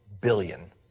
billion